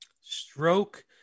stroke